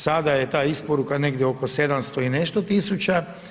Sada je ta isporuka negdje oko 700 i nešto tisuća.